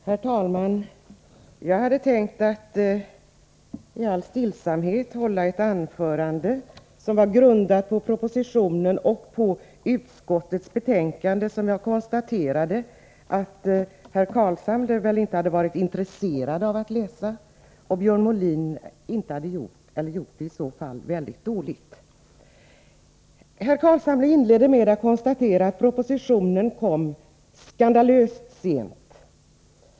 Herr talman! Jag tänkte i all stillsamhet hålla ett anförande som var grundat på propositionen och på utskottets betänkande. Jag konstaterade att herr Carlshamre inte hade varit intresserad av att läsa och Björn Molin inte hade läst på, eller i så fall väldigt dåligt. Herr Carlshamre inledde med att konstatera att propositionen kom | ”skandalöst sent”.